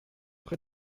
près